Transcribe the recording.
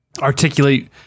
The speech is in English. articulate